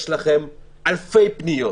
יש לכם אלפי פניות